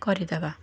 କରିଦେବା